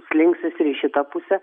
slinksis ir į šitą pusę